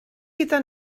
gyda